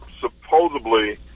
supposedly